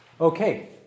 Okay